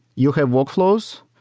you have workflows,